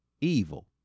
evil